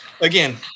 again